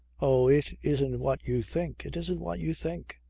oh, it isn't what you think. it isn't what you think.